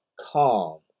calm